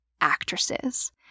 actresses